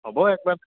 হ'ব এবাৰ